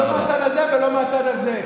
לא מהצד הזה ולא מהצד הזה.